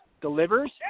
delivers